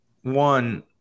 one